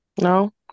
No